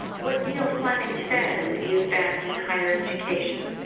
what neil fleming says is that in higher education,